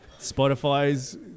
Spotify's